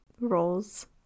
roles